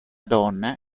donna